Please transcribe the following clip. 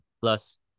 Plus